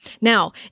Now